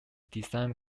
design